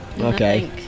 Okay